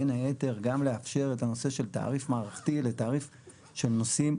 בין היתר גם לאפשר את הנושא של תעריף מערכתי לתעריף של נושאים,